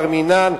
בר מינן,